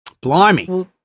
Blimey